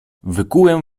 wykułem